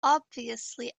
obviously